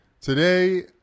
Today